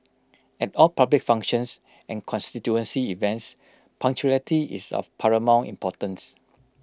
at all public functions and constituency events punctuality is of paramount importance